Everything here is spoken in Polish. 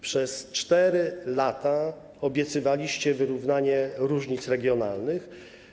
Przez 4 lata obiecywaliście wyrównanie różnic regionalnych.